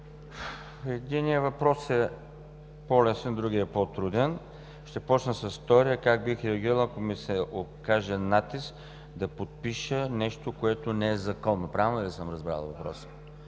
Единият въпрос е по-лесен, другият е по-труден. Ще започна с втория: как бих реагирал, ако ми се окаже натиск да подпиша нещо, което не е законно? Правилно ли съм разбрал въпроса?